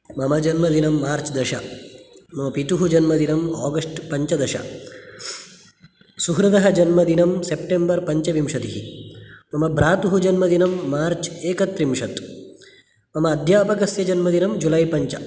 मम जन्मदिनं मार्च् दश मम पितुः जन्मदिनम् आगस्ट् पञ्चदश सुहृदः जन्मदिनं सेप्टेम्बर् पञ्चविंशतिः मम भ्रातुः जन्मदिनं मार्च् एकत्रिंशत् मम अध्यापकस्य जन्मदिनं जुलै पञ्च